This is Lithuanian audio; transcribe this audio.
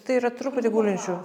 tai yra truputį gulinčių